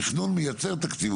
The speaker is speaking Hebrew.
תכנון מייצר תקציב.